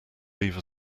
leave